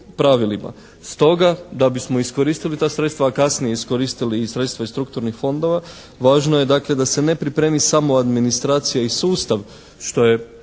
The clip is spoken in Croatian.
pravilima. Stoga da bismo iskoristili ta sredstva, a kasnije iskoristili i sredstva iz strukturnih fondova važno je dakle da se ne pripremi samo administracija i sustav što je